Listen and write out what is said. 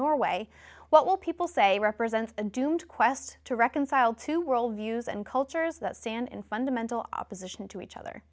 norway what will people say represents a doomed quest to reconcile two worldviews and cultures that stand in fundamental opposition to each other